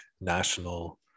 national